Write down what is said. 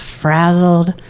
frazzled